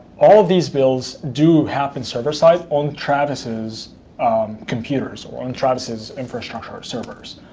all of these builds do happen server side on travis's computers or on travis's infrastructure servers.